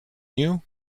you